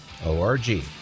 ORG